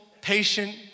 patient